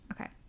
Okay